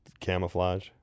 Camouflage